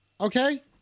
Okay